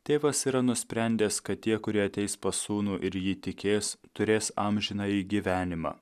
tėvas yra nusprendęs kad tie kurie ateis pas sūnų ir jį įtikės turės amžinąjį gyvenimą